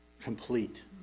complete